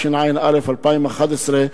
התשע"א,2011,